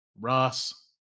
ross